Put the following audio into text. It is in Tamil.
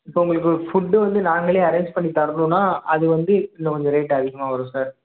இப்போ உங்களுக்கு ஃபுட்டு வந்து நாங்களே அரேஞ்ஜ் பண்ணி தரணுன்னா அது வந்து இன்னும் கொஞ்சம் ரேட்டு அதிகமாக வரும் சார்